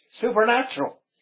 supernatural